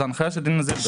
זאת הנחיה של דינה זילבר.